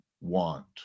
want